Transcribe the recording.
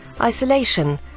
Isolation